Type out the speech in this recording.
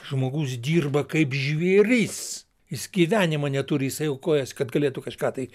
žmogus dirba kaip žvėris jis gyvenimo neturi jisai aukojas kad galėtų kažką tai